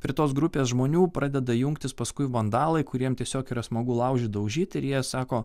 prie tos grupės žmonių pradeda jungtis paskui vandalai kuriem tiesiog yra smagu laužyt daužyti ir jie sako